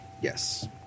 Yes